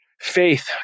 Faith